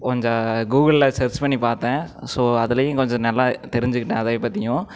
கொஞ்சம் கூகுளில் சர்ச் பண்ணி பார்த்தேன் ஸோ அதிலயும் கொஞ்சம் நல்லா தெரிஞ்சுக்கிட்டேன் அதை பற்றியும்